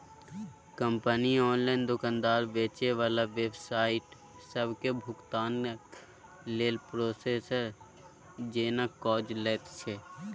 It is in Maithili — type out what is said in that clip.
कंपनी ऑनलाइन दोकानदार, बेचे बला वेबसाइट सबके भुगतानक लेल प्रोसेसर जेना काज लैत छै